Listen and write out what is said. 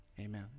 Amen